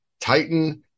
Titan